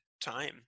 time